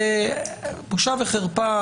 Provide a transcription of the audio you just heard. בושה וחרפה,